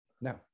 no